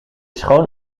schoon